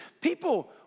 People